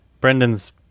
Brendan's